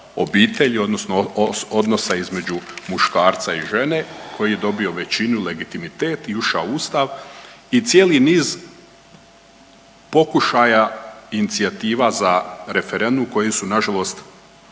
obitelji, odnosno odnosa između muškarca i žene koji je dobio većinu, legitimitet i ušao u Ustav i cijeli niz pokušaja inicijativa za referendum koji su na žalost